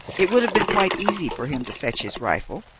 it would have been quite easy for him to fetch his rifle,